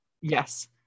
Yes